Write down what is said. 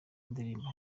indirimbo